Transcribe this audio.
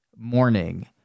morning